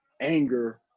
anger